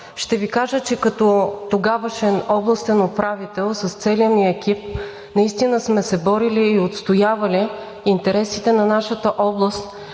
ще Ви кажа, че като тогавашен областен управител с целия ни екип наистина сме се борили и отстоявали интересите на нашата област